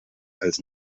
als